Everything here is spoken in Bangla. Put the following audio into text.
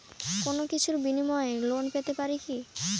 কোনো কিছুর বিনিময়ে লোন পেতে পারি কি?